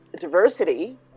diversity